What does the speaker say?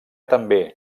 també